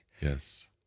Yes